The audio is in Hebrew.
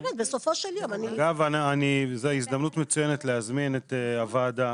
בסופו של יום אני --- אגב זו הזדמנות מצוינת להזמין את הוועדה